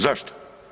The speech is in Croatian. Zašto?